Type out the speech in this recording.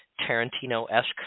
Tarantino-esque